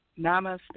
Namaste